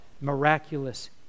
miraculous